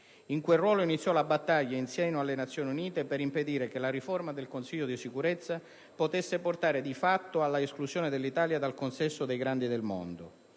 In quel ruolo iniziò la battaglia in seno alle Nazioni Unite per impedire che la riforma del Consiglio di Sicurezza potesse portare di fatto all'esclusione dell'Italia dal consesso dei grandi del mondo.